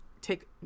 Take